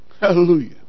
hallelujah